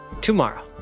tomorrow